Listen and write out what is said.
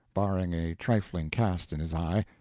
barring a trifling cast in his eye.